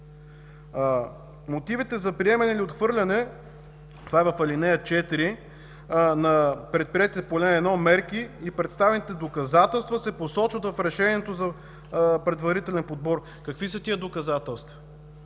Мотивите за приемане или отхвърляне, това е в ал. 4, на предприетите по ал. 1 мерки и представените доказателства, се посочват в решението за предварителен подбор. Какви са тези доказателства?